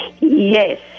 Yes